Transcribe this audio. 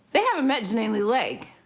they haven't met jeannine lee lake.